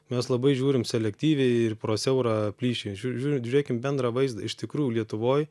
mes labai žiūrim selektyviai ir pro siaurą plyšį žiū žiūri žiūrėkim bendrą vaizdą iš tikrųjų lietuvoj